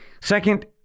Second